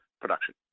production